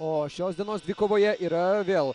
o šios dienos dvikovoje yra vėl